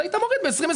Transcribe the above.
היית מוריד ב-2021.